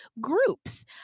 groups